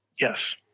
yes